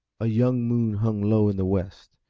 a young moon hung low in the west,